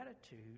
attitude